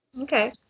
Okay